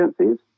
agencies